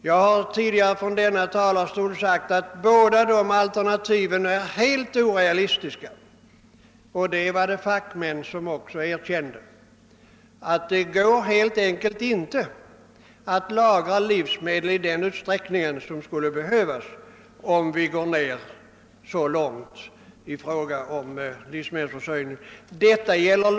Jag har tidigare från denna talarstol sagt att båda de alternativen är helt orealistiska, och även fackmän erkände det. Det är helt enkelt inte möjligt att lagra livsmedel i den utsträckning som skulle behövas, om vi skulle gå ned så långt i fråga om livsmedelsförsörjningen.